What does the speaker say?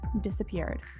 disappeared